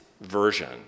version